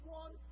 one